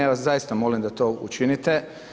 Ja vas zaista molim da to učinite.